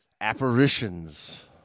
apparitions